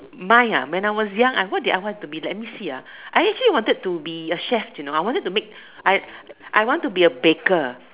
mine ah when I was young what did I want to be let me see ah I actually wanted to be a chef you know I wanted to make I I want to be a baker